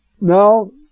Now